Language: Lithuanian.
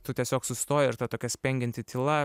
tu tiesiog sustoji ir ta tokia spengianti tyla